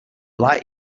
light